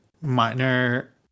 Minor